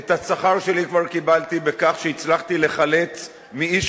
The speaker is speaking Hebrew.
את השכר שלי כבר קיבלתי בכך שהצלחתי לחלץ מאיש